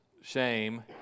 shame